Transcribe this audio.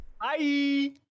Bye